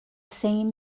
same